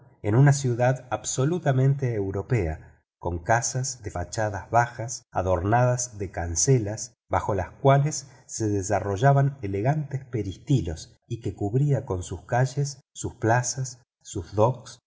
en una ciudad absolutamente europea con casas de fachadas bajas adornadas de cancelas bajo las cuales se desarrollaban elegantes peristilos y que cubría con sus calles sus plazas sus docks